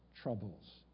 Troubles